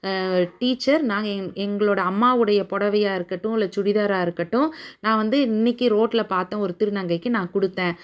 teacher நாங்கள் எங் எங்களோடய அம்மாவுடைய புடவையாக இருக்கட்டும் இல்லை சுடிதாராக இருக்கட்டும் நான் வந்து இன்றைக்கி ரோட்டில் பார்த்தேன் ஒரு திருநங்கைக்கு நான் கொடுத்தேன்